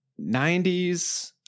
90s